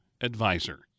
advisor